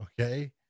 Okay